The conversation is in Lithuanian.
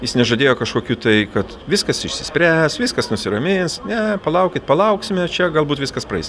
jis nežadėjo kažkokių tai kad viskas išsispręs viskas nusiramins ne palaukit palauksime čia galbūt viskas praeis